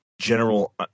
general